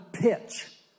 pitch